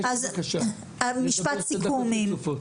יש לי בקשה, לדבר שתי דקות רצופות.